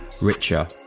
richer